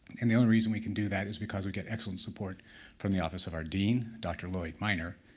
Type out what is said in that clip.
and the only reason we can do that is because we get excellent support from the office of our dean, dr. lloyd minor,